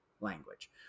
language